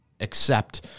accept